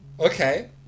Okay